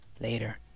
Later